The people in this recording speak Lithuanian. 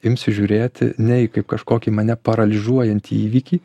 imsiu žiūrėti ne į kaip kažkokį mane paralyžiuojantį įvykį